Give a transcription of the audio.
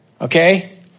Okay